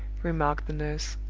remarked the nurse.